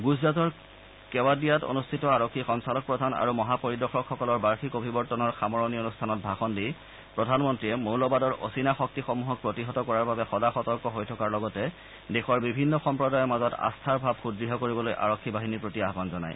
গুজৰাটৰ কেৱাড়িয়াত অনুষ্ঠিত আৰক্ষী সঞ্চালক প্ৰধান আৰু মহাপৰিদৰ্শকসকলৰ বাৰ্যিক অভিৱৰ্তনৰ সামৰণি অনুষ্ঠানত ভাষণ দি প্ৰধানমন্ত্ৰীয়ে মৌলবাদৰ অচিনা শক্তিসমূহক প্ৰতিহত কৰাৰ বাবে সদা সতৰ্ক হৈ থকাৰ লগতে দেশৰ বিভিন্ন সম্প্ৰদায়ৰ মাজত আস্থাৰ ভাৱ সুদ্ঢ় কৰিবলৈ আৰক্ষী বাহিনীৰ প্ৰতি আহান জনায়